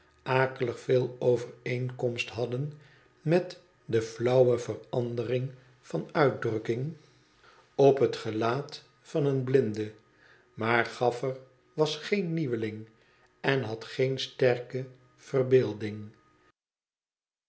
akelig veel overeenkomst hadden met de flauwe verandering van uitdrukking op het gelaat van een blinde maar gafier was geen nieuweling en had geen sterke verbeelding